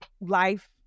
life